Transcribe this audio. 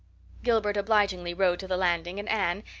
gilbert obligingly rowed to the landing and anne,